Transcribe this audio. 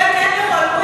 זה כן יכול.